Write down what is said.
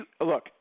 look